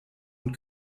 und